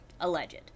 Alleged